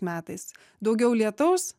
metais daugiau lietaus